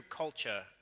culture